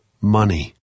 Money